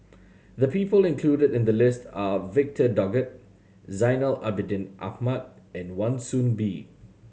the people included in the list are Victor Doggett Zainal Abidin Ahmad and Wan Soon Bee